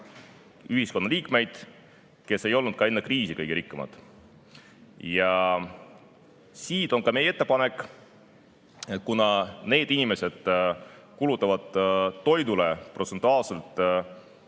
ühiskonnaliikmeid, kes ei olnud ka enne kriisi kõige rikkamad. Siit on ka meie ettepanek. Kuna need inimesed kulutavad toidule protsentuaalselt